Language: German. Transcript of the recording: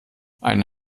einen